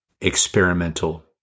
experimental